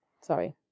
sorry